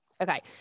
Okay